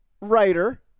writer